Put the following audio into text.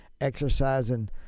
exercising